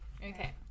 Okay